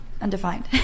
undefined